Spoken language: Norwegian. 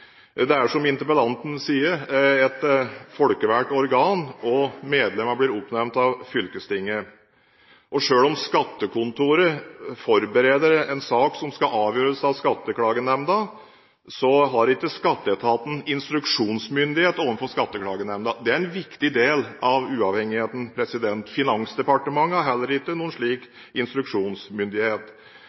Det er, som interpellanten sier, et folkevalgt organ, og medlemmene blir oppnevnt av fylkestinget. Selv om skattekontoret forbereder en sak som skal avgjøres av skatteklagenemnda, har ikke skatteetaten instruksjonsmyndighet overfor skatteklagenemnda. Det er en viktig del av uavhengigheten. Finansdepartementet har heller ikke noen slik instruksjonsmyndighet.